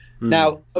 Now